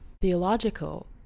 theological